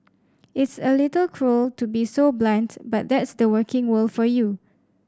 it's a little cruel to be so blunt but that's the working world for you